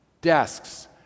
desks